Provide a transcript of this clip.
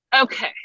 Okay